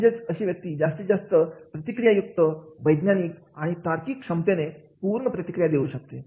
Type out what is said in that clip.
म्हणजे अशी व्यक्ती जास्तीत जास्त प्रतिक्रिया युक्त वैज्ञानिक आणि तार्किक सक्षमतेने पूर्ण प्रतिक्रिया देऊ शकते